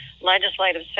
legislative